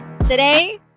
today